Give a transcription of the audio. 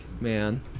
man